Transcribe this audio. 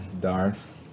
Darth